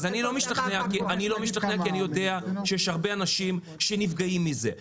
אני לא משתכנע כי אני יודע שיש הרבה אנשים שנפגעים מזה.